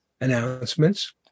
announcements